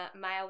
male